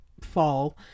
fall